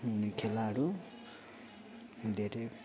हुने खेलाहरू धेरै